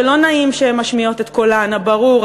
שלא נעים שהן משמיעות את קולן הברור,